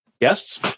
guests